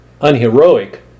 unheroic